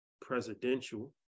presidential